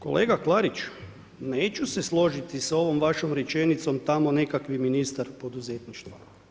Kolega Klarić, neću se složiti s ovom vašom rečenicom tamo nekakvi ministar poduzetništva.